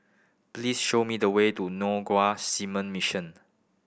please show me the way to Seamen Mission